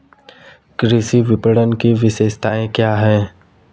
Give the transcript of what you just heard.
कृषि विपणन की विशेषताएं क्या हैं?